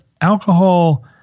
alcohol